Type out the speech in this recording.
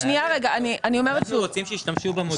אנחנו רוצים שישתמשו במודל.